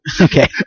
Okay